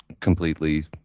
completely